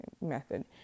Method